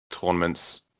tournaments